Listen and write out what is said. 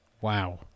Wow